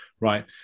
Right